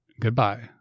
Goodbye